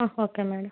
okay madam